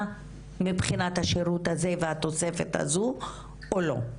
מבחינת השירות הזה והתוספת הזו או לא,